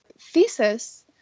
thesis